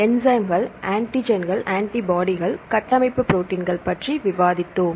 என்சைம்கள் ஆன்டிஜென்கள் ஆன்டிபாடிகள் கட்டமைப்பு ப்ரோடீன்கள் பற்றி விவாதித்தோம்